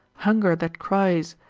hunger that cries,